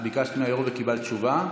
ביקשת מהיו"ר וקיבלת תשובה?